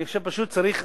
אני חושב, פשוט, צריך,